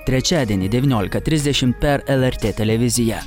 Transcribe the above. trečiadienį devyniolika trisdešim per lrt televiziją